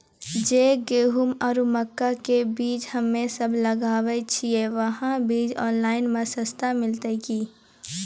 जे गेहूँ आरु मक्का के बीज हमे सब लगावे छिये वहा बीज ऑनलाइन मे सस्ता मिलते की?